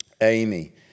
Amy